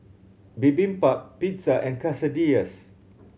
Bibimbap Pizza and Quesadillas